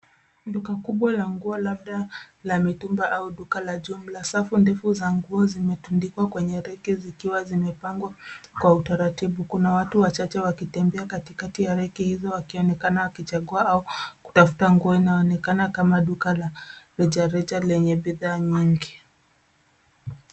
Duka kubwa la nguo labda la mitumba au duka la jumla. Safu ndefu za nguo zimetundikwa kwenye reke zikiwa zimepangwa kwa utaratibu. Kuna watu wachache wakitembea katikati ya reke hizo wakionekana wakichagua au kutafuta nguo. Inaonekana kama duka la rejareja lenye bidhaa nyingi.